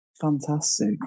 fantastic